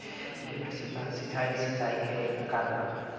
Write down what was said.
lift सिंचाई, सिंचाई क एक प्रकार होला